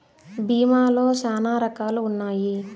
భీమా లో శ్యానా రకాలు ఉన్నాయి